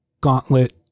gauntlet